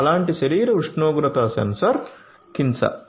అలాంటి శరీర ఉష్ణోగ్రత సెన్సార్ కిన్సా